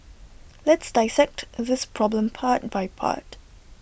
let's dissect this problem part by part